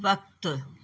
वक़्त